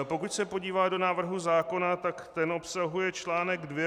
Pokud se podívá do návrhu zákona, tak ten obsahuje článek 2